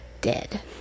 dead